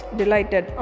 delighted